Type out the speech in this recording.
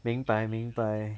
明白明白